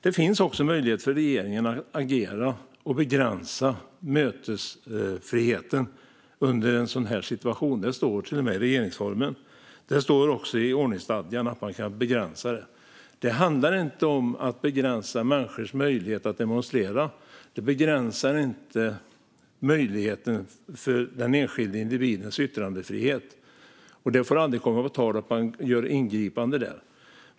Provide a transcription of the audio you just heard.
Det finns även möjlighet för regeringen att agera och begränsa mötesfriheten i en sådan här situation. Det står till och med i regeringsformen, och det står i ordningsstadgan att detta kan begränsas. Det handlar inte om att begränsa människors möjlighet att demonstrera, för det begränsar inte den enskilda individens yttrandefrihet. Det får aldrig komma på tal att vi gör ingripanden i den.